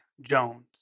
Jones